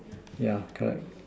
yeah correct